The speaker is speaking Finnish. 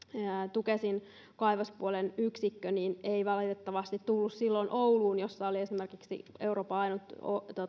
tukesin kaivospuolen yksikkö ei valitettavasti tullut silloin ouluun jossa oli esimerkiksi euroopan ainut